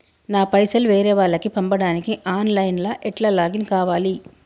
నా పైసల్ వేరే వాళ్లకి పంపడానికి ఆన్ లైన్ లా ఎట్ల లాగిన్ కావాలి?